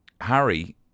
Harry